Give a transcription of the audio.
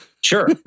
Sure